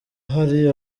hari